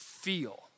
feel